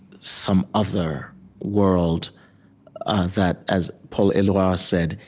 some other world that, as paul eluard said,